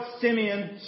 Simeon